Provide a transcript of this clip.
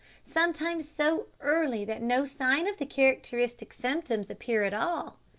sometimes so early that no sign of the characteristic symptoms appear at all,